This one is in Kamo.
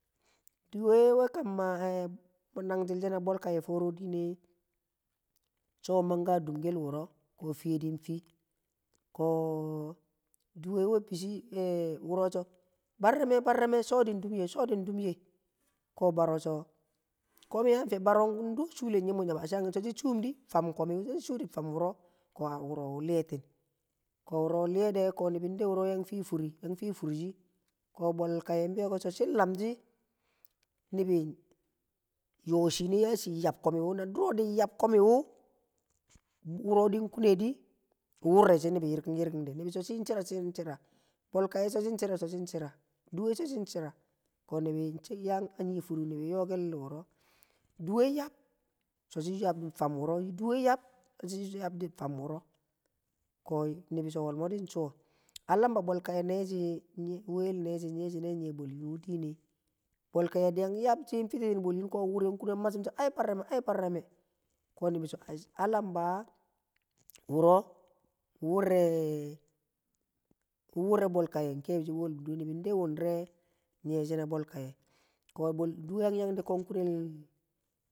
Duwe we kam maa nanjil she na bol kaye. Foore diine cho̱o̱ maa ka dumkel wuro fiye dii fiikooo duwe we bi shi ko wuro so bareeme barreme choo din dum de cho̱o̱ din dum ye ko bare she kọ mi ya a bonne cho shi chuumdi tam komiwo na so shi chum di tam wuro ko wuro wu liye tin ko wuro liyedo ko nibi de ko̱mi̱l wuro yang fii furde ko bol kaye wu biyoko so shi kamshi nibi yo shine yashi yab ko̱mi̱ wu na yab komiwu wuro din kune di wurre she nibi yirkinde nibi so shen chira shin chi̱ ra duwe so̱ shin chira ko nibi yaa a furil wuro, duwe yab so shin yabkin fam wuro̱ na so shi yakin fam wuro ko nibi se walmo din cho alamba bol kaye neeshi nel neshi nyeshi̱ne nye bo̱l yin wu dine bol kaye yan yabshi titti bol yin wu, wuro nkure ma shi so ai barreme barrame ko nibi so damba wuro wure bo̱l kaye nke bishi wure be nibi de wundire nyeshi na ba kaye ko̱ duwe yan yan di ko kunel.